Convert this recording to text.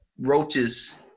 roaches